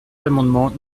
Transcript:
amendement